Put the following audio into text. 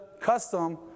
custom